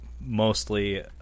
mostly